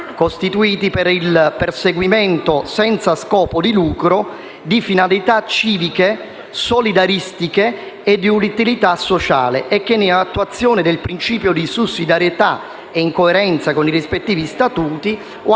costituiti per il perseguimento, senza scopo di lucro, di finalità civiche, solidaristiche e di utilità sociale e che, in attuazione del principio di sussidiarietà e in coerenza con i rispettivi statuti o